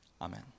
Amen